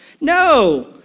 No